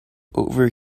over